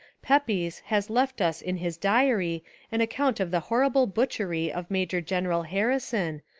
pepys has left us in his diary an account of the horrible butchery of major-general harrison,